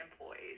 employees